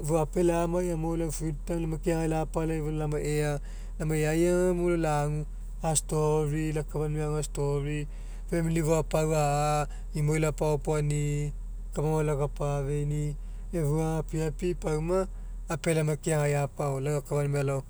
efua apealai amai gamo lau free time lau keagai lapalai efua lamai ea lamai e'ai agamo lagu la'story lau akafau aunimai agu a'story famili fou apa'au a'a imoi lapaopuanini amu maoai lakapa'afeainii lau efua gapigapi pauma apealai amai keagai apa mo lau akafau aunimai alao